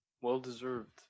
Well-deserved